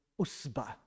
usba